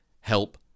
help